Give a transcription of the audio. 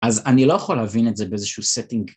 ‫אז אני לא יכול להבין את זה ‫באיזשהו setting.